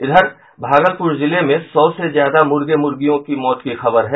इधर भागलपुर जिले में सौ से ज्यादा मुर्गे मुर्गियों की मौत खबर है